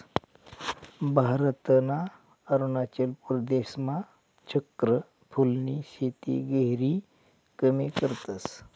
भारतना अरुणाचल प्रदेशमा चक्र फूलनी शेती गहिरी कमी करतस